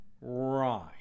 Right